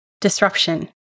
disruption